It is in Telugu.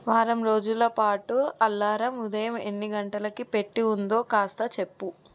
వారం రోజులపాటు అలారం ఉదయం ఎన్ని గంటలకి పెట్టి ఉందో కాస్త చెప్పు